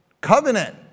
Covenant